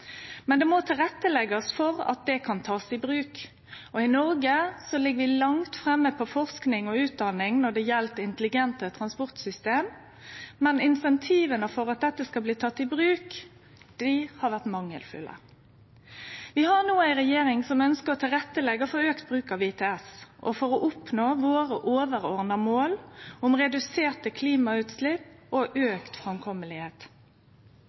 Men det må leggjast til rette for at det kan takast i bruk, og i Noreg ligg vi langt framme på forsking og utdanning når det gjeld intelligente transportsystem. Men incentiva for at dette skal bli teke i bruk, har vore mangelfulle. Vi har no ei regjering som ønskjer å leggje til rette for auka bruk av ITS for å oppnå våre overordna mål om reduserte klimautslepp og